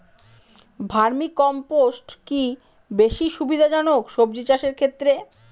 Vermi compost কি বেশী সুবিধা জনক সবজি চাষের ক্ষেত্রে?